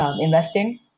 investing